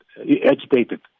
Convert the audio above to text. agitated